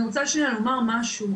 אני רוצה לומר משהו,